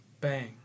bang